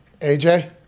AJ